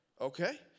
Okay